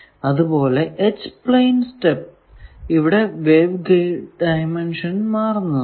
അതുപോലെ h plane step ഇവിടെ wave guide dimension മാറുന്നതാണ്